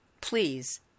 Please